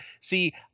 see